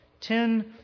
Ten